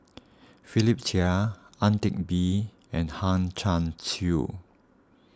Philip Chia Ang Teck Bee and Hang Chang Chieh